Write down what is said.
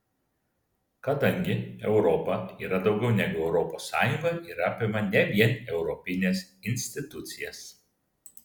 kadangi europa yra daugiau negu europos sąjunga ir apima ne vien europines institucijas